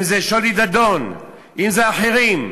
שלי דדון, אחרים.